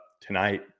tonight